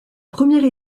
première